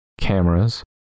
cameras